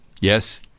Yes